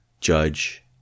judge